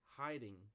hiding